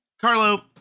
Carlo